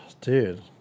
Dude